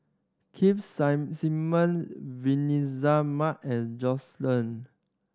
Keith Simmon Vanessa Mae and Josef Ng